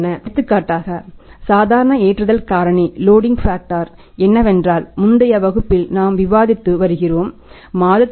எடுத்துக்காட்டாக சாதாரண loading factor ஆகும்